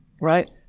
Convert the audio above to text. right